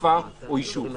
כפר או יישוב.